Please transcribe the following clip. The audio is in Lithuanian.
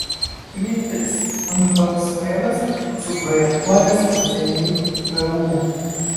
mintis unikalus laivas suprojektuotas specialiai ku